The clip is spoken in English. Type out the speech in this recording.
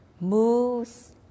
moves